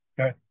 okay